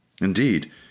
Indeed